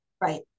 Right